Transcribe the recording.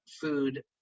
food